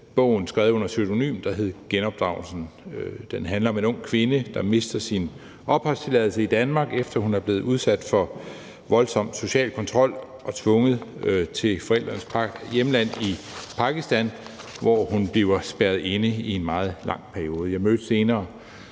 bogen – skrevet under pseudonym – der hedder »Genopdragelsen«. Den handler om en ung kvinde, der mister sin opholdstilladelse i Danmark, efter at hun er blevet udsat for voldsom social kontrol og tvunget til forældrenes hjemland Pakistan, hvor hun bliver spærret inde i en meget lang periode. Jeg mødte senere